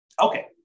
Okay